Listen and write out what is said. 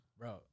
Bro